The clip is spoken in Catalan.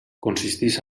consisteix